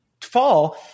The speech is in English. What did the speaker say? fall